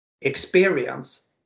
experience